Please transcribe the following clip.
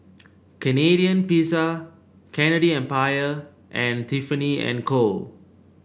Canadian Pizza Candy Empire and Tiffany And Co